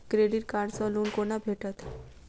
Credit card सँ loan कोना भेटत?